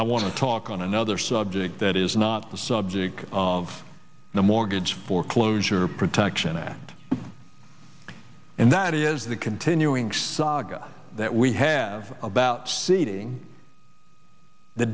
i want to talk on another subject that is not the subject of the mortgage foreclosure protection act and that is the continuing saga that we have about seating the